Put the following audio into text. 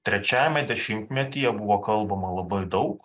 trečiajame dešimtmetyje buvo kalbama labai daug